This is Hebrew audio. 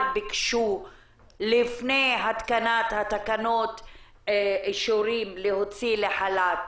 ביקשו לפני התקנת התקנות אישורים להוציא לחל"ת,